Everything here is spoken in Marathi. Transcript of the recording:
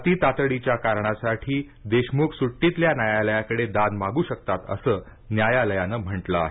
अती तातडीच्या कारणासाठी देशमुख सुट्टीतल्या न्यायालयाकडे दाद मागू शकतात असं न्यायालयानं म्हटलं आहे